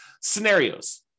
scenarios